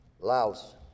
Laos